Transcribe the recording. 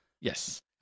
Yes